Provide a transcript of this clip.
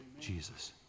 Jesus